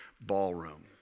ballroom